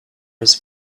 his